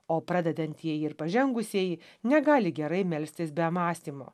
o pradedantieji ir pažengusieji negali gerai melstis be mąstymo